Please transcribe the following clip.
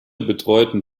betreuten